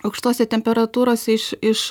aukštose temperatūrose iš iš